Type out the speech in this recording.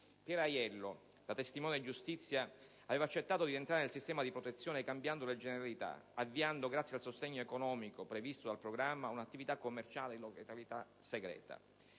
Piera Aiello da testimone di giustizia aveva accettato di entrare nel sistema di protezione cambiando le proprie generalità e avviando, grazie al sostegno economico previsto dal programma, un'attività commerciale in località segreta.